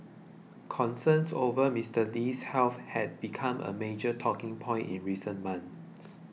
concerns over Mister Lee's health had become a major talking point in recent months